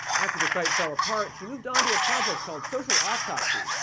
after the site fell apart, she moved onto a project called social autopsy,